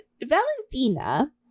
Valentina